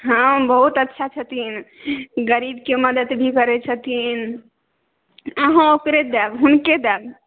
हँ ओ बहुत अच्छा छथिन गरीबके मदति भी करै छथिन अहूँ ओकरे देब हुनके देब